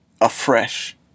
afresh